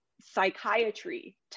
psychiatry